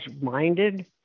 minded